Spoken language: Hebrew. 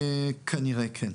כנראה כן.